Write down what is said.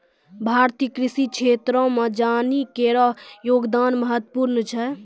भारतीय कृषि क्षेत्रो मे जनानी केरो योगदान महत्वपूर्ण छै